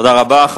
תודה רבה.